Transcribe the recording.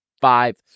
five